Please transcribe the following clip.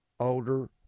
older